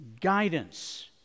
guidance